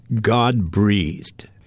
God-breathed